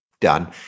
done